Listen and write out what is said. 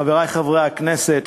חברי חברי הכנסת,